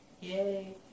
Yay